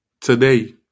today